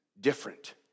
different